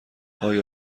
آیا